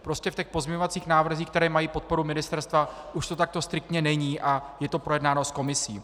Prostě v pozměňovacích návrzích, které mají podporu ministerstva, už to takto striktně není a je to projednáno s komisí.